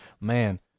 man